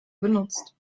benutzt